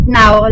now